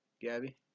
Gabby